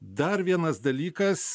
dar vienas dalykas